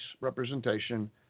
representation